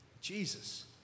Jesus